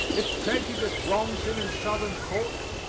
if prejudice wrongs him in southern courts,